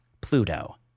Pluto